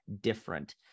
different